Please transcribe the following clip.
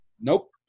Nope